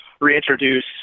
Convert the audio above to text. reintroduce